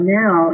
now